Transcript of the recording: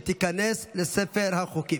ותיכנס לספר החוקים.